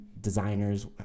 designers